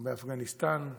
באפגניסטן,